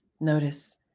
Notice